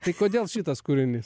tai kodėl šitas kūrinys